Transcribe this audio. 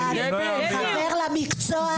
חבר למקצוע,